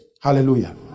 Hallelujah